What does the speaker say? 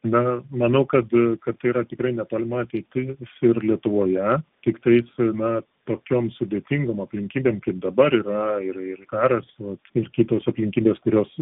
na manau kad kad tai yra tikrai netolima ateitis ir lietuvoje tiktais na tokiom sudėtingom aplinkybėm kaip dabar yra ir ir karas ir kitos aplinkybės kurios